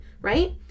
right